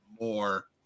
more